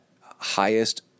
highest